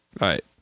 right